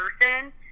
person